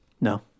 No